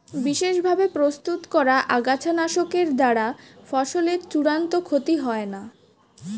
বিশেষ ভাবে প্রস্তুত করা আগাছানাশকের দ্বারা ফসলের চূড়ান্ত ক্ষতি হয় না